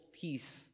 peace